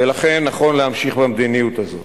ולכן נכון להמשיך במדיניות הזאת.